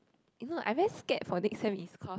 you know I very scared for next sem is cause